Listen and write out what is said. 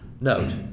Note